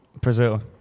Brazil